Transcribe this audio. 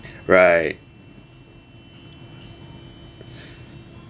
right